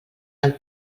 del